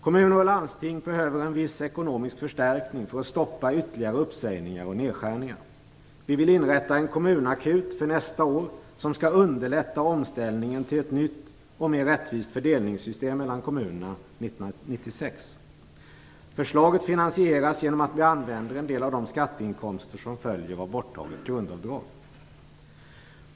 Kommuner och landsting behöver en viss ekonomisk förstärkning för att stoppa ytterligare uppsägningar och nedskärningar. Vi vill inrätta en kommunakut för nästa år som skall underlätta omställningen till ett nytt och mer rättvist fördelningssystem mellan kommunerna 1996. Förslaget finansieras genom att vi använder en del av de skatteinkomster som följer av borttaget grundavdrag.